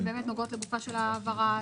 שנוגעות לגוף ההעברה,